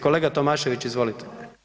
Kolega Tomašević izvolite.